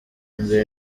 mbere